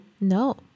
No